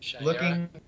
Looking